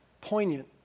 poignant